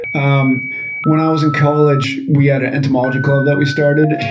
um when i was in college we had an entomology club that we started.